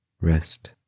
Rest